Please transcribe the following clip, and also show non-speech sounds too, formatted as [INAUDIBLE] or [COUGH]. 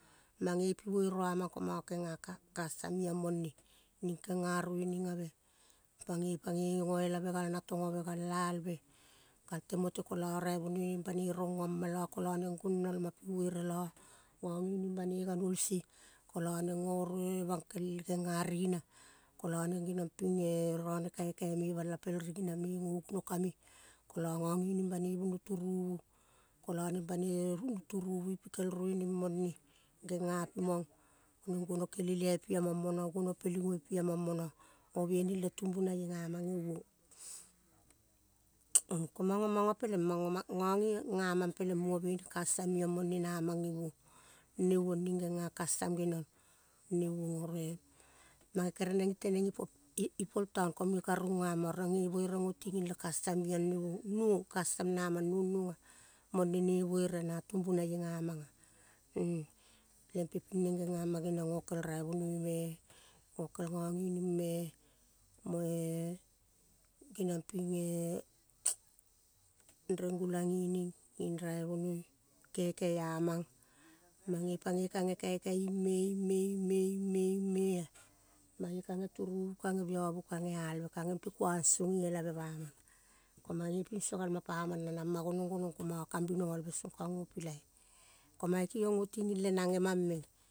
Mange pi buere ua mang ko mange go kenga kastam mone, ning genga rueneng ave, pagoi pagoi goelave gal natogo ve gal alve gal temo te kolo raivonoi rongo ma lo neng guong nol ma pi buere lo gogining banoi ganuol sie kolo neng go rueneng genga rigina, kolo neng geniong ping eh. Rone kaikai me bala pel rigina gogunuka me, kolo gogining banoi buno turuvu, kolo neng panoi eh rung iping kel rueneng mone, gega mong neng guono keneliai pia mong mono, guono peligio pia mong mono. Go biaining le tumunaie gamang ge uong. Ko mango mango peleng gong ge gamang peleng mugo bene kastam young mone na mang ge uong. Ne uong ning genga kastam geniong oro eh mange kere neng teneng ipo, ipo taou. Ka runga ma roug eh buere go tinging le kastam [UNINTELLIGIBLE] nuong kastam na mang nuong nuong ah. Mone ne buere na tumbunaie ga mang ah. Lem pe ping neng genga mangiong gokel raivonoi me gokel gogining me. Moe keniong ping eh. Reng gulang gining ging raivonoi, kele amang mange pagoi kage kaikai a mang ing me, ing me, ing me, ing me, ing me ah. Mange kage turuvu, kage biovu, kage alve gage pe kuang song i elave bamang. Ko mange ping so gal ma pamang na namma gonong. Ko mango kaubinogol ve song kago pilai, ko mange kigong go tinging le nang gemang meng.